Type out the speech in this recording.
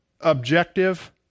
objective